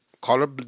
color